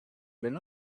been